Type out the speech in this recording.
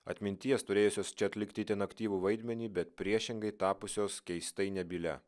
atminties turėjusios čia atlikti itin aktyvų vaidmenį bet priešingai tapusios keistai nebylia